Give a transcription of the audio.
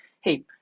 hey